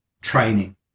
training